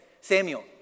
Samuel